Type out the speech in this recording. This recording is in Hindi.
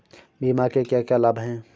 बीमा के क्या क्या लाभ हैं?